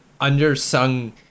undersung